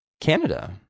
canada